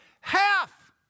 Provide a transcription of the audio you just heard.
Half